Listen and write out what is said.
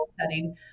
setting